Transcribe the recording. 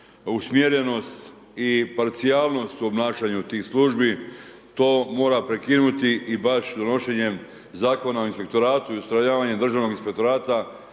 usmjerenost i parcijalnost u obnašanju tih službi. To mora prekinuti i baš donošenjem Zakona o inspektoratu i ustrojavanjem Državnog inspektorata